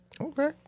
okay